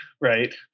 right